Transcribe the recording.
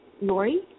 Lori